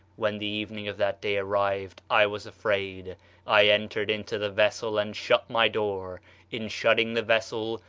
when the evening of that day arrived, i was afraid i entered into the vessel and shut my door in shutting the vessel,